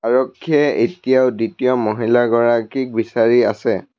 আৰক্ষীয়ে এতিয়াও দ্বিতীয় মহিলাগৰাকীক বিচাৰি আছে